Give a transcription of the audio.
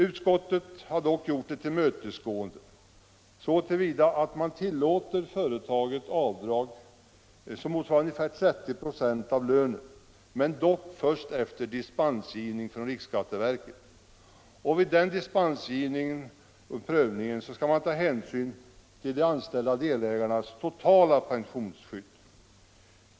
Utskottet har i alla fall gjort ett tillmötesgående så till vida att man tillåter företaget att göra avdrag motsvarande 30 96 av lönen, dock först efter dispensmedgivande från riksskatteverket. Och vid den dispensgivningen och prövningen skall hänsyn tas till den anställde/delägarens totala pensionsskydd.